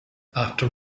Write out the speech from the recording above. after